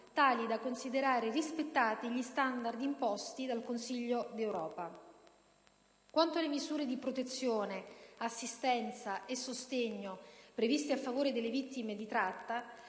tali da considerare rispettati gli standard imposti dal Consiglio d'Europa. Quanto alle misure di protezione, assistenza e sostegno previste a favore delle vittime di tratta,